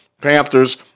Panthers